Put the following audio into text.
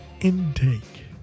intake